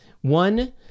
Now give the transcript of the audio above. One